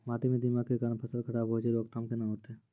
माटी म दीमक के कारण फसल खराब होय छै, रोकथाम केना होतै?